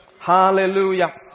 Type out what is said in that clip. Hallelujah